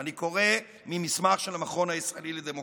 ואני קורא ממסמך של המכון הישראלי לדמוקרטיה: